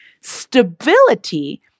stability